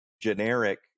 generic